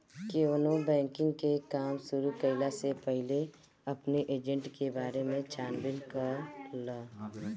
केवनो बैंकिंग के काम शुरू कईला से पहिले अपनी एजेंट के बारे में छानबीन कर लअ